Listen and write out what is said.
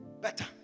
better